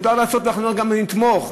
מותר לעשות תוכניות וגם לתמוך,